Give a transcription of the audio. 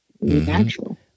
natural